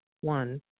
One